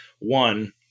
One